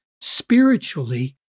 spiritually